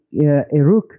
Eruk